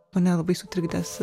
mane labai sutrikdęs